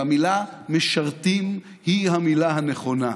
והמילה "משרתים" היא המילה הנכונה,